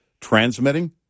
transmitting